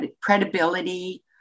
credibility